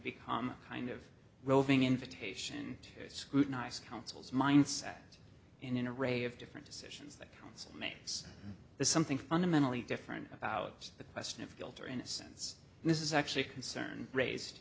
become a kind of roving invitation to scrutinize counsel's mindset in an array of different decisions that consummates the something fundamentally different about the question of guilt or innocence this is actually a concern raised